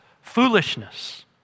foolishness